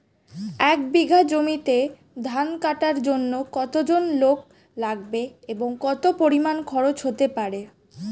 এক বিঘা জমিতে ধান কাটার জন্য কতজন লোক লাগবে এবং কত পরিমান খরচ হতে পারে?